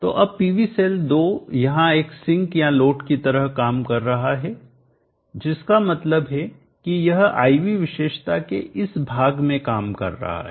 तो अब PV cell 2 यहाँ एक सिंक या लोड की तरह काम कर रहा है जिसका मतलब है कि यह I V विशेषता के इस भाग में काम कर रहा है